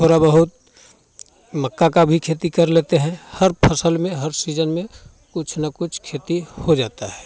थोड़ा बहुत मक्का का भी खेती कर लेते हैं हर फसल में हर सीज़न में कुछ ना कुछ खेती हो जाता है